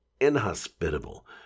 inhospitable